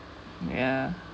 ya